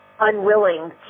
unwilling